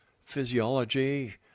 physiology